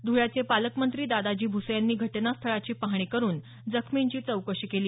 धुळ्याचे पालकमंत्री दादाजी भुसे यांनी घटनास्थळाची पाहणी करून जखमींची चौकशी केली